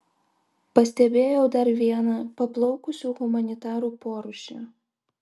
pastebėjau dar vieną paplaukusių humanitarų porūšį